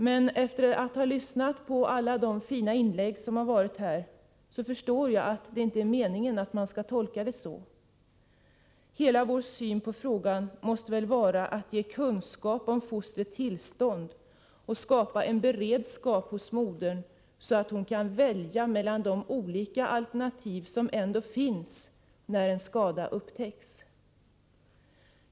Men efter att ha lyssnat på alla de fina inlägg som gjorts här förstår jag att det inte är meningen att man skall tolka det så. Hela vår syn på frågan måste väl vara att ge kunskap om fostrets tillstånd och skapa en beredskap hos modern, så att hon kan välja mellan de olika alternativ som finns när en skada upptäcks.